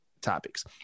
topics